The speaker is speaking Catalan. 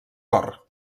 cor